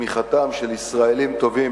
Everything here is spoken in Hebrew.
בתמיכתם של ישראלים "טובים",